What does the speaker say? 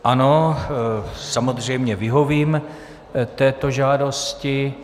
Ano, samozřejmě vyhovím této žádosti.